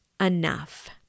enough